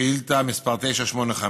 בשאילתה מס' 985: